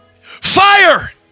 Fire